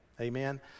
Amen